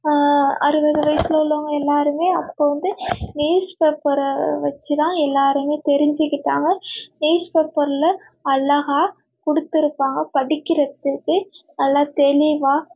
அறுபது வயதில் உள்ளவங்க எல்லாேருமே அப்போது வந்து நியூஸ் பேப்பரை வச்சு தான் எல்லாேருமே தெரிஞ்சுக்கிட்டாங்க நியூஸ் பேப்பரில் அழகா கொடுத்துருப்பாங்க படிக்கிறதுக்கு நல்லா தெளிவாக